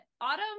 Autumn